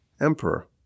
emperor